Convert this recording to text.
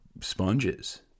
sponges